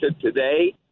today